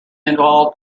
involved